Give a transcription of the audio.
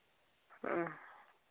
ᱦᱮᱸ